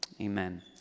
Amen